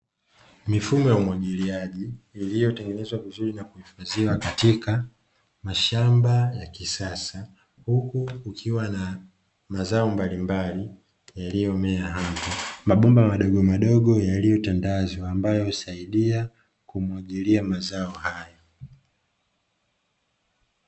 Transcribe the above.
Mifumo ya umwagiliaji niliyotengenezwa vizuri katika mashamba ya kisasa, huku kukiwa na mazao mbalimbali yaliyomea mabomba madogomadogo yaliyotangazwa ambayo husaidia kumwagilia mazao hayo.